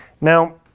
Now